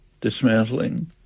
dismantling